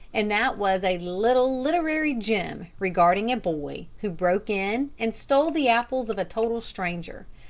and that was a little literary gem regarding a boy who broke in and stole the apples of a total stranger.